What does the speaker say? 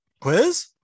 Quiz